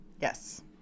yes